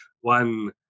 one